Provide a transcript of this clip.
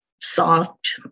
soft